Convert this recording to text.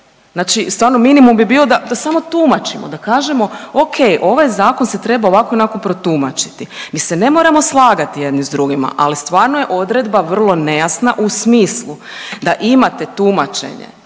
Znači stvarno minimum bi bio da samo tumačimo, da kažemo ok ovaj zakon se treba ovako i onako protumačiti. Mi se ne moramo slagati jedni s drugima, ali stvarno je odredba vrlo nejasna u smislu da imate tumačenje